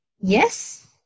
Yes